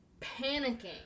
panicking